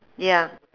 ya